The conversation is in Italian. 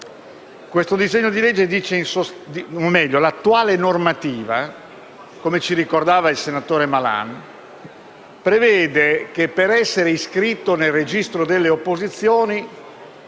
voglio dire anch'io con le mie parole: l'attuale normativa, come ci ricordava il senatore Malan, prevede che per essere iscritti nel registro delle opposizioni